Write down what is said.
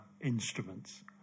instruments